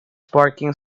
parking